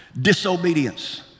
Disobedience